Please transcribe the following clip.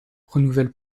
renouvelle